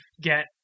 get